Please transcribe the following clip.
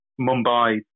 Mumbai